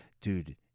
dude